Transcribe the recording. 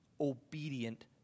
obedient